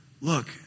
look